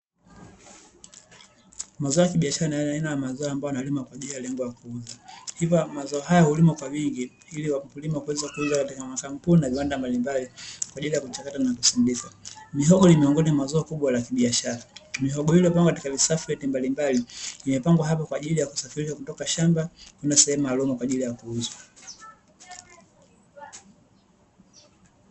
Mazao ya kibiashara ya aina ya mazao ambayo yanalimwa kwa ajili ya lengo la kuuza, hivyo mazao haya hulimo kwa wingi ili wakulima kuweza kuuliza katika makampuni na viwanda mbalimbali kwa ajili ya kuchakata na kusindika; mihogo ni miongoni mwa mazao kubwa la kibiashara mihogo hiyo ambayo imepangwa katika visalufeti vya aina mbalimbali imepangwa hapa, kwa ajili ya kusafirisha kutoka shamba kuna sehemu maalum kwa ajili ya kuuzwa.